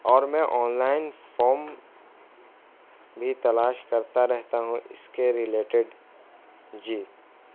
اور میں online form بھی تلاش کرتا رہتا ہوں اس کے ریلیٹیڈ جی